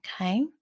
Okay